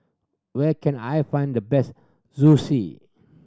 where can I find the best